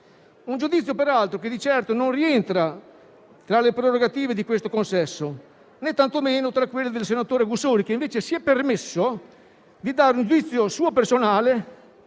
un giudizio che, peraltro, di certo non rientra tra le prerogative di questo consesso né tantomeno tra quelle del senatore Augussori, che invece si è permesso di dare un giudizio suo personale